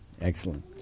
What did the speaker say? Excellent